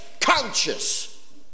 conscious